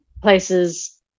places